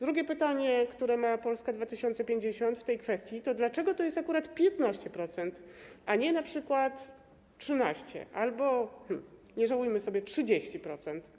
Drugie pytanie, które ma Polska 2050 w tej kwestii: Dlaczego to jest akurat 15%, a nie np. 13% albo nie żałujmy sobie 30%?